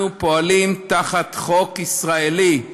אנחנו פועלים תחת חוק ישראלי.